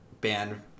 band